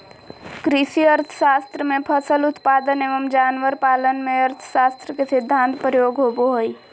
कृषि अर्थशास्त्र में फसल उत्पादन एवं जानवर पालन में अर्थशास्त्र के सिद्धान्त प्रयोग होबो हइ